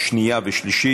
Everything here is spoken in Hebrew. בשנייה ושלישית,